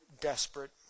desperate